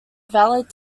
valid